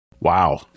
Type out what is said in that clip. Wow